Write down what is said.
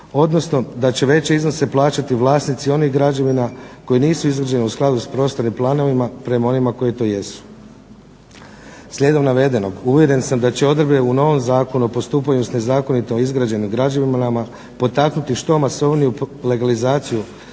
Odnosno da će veće iznose plaćati vlasnici onih građevina koje nisu izgrađene u skladu s prostornim planovima, prema onima koji to jesu. Slijedom navedenog uvjeren sam da će odredbe u novom Zakonu s postupanjem s nezakonito izgrađenim građevinama potaknuti što masovniju legalizaciju